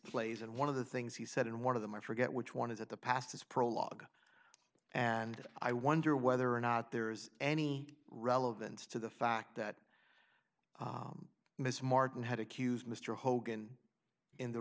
plays and one of the things he said and one of them i forget which one is that the past is prologue and i wonder whether or not there's any relevance to the fact that mr martin had accused mr hogan in the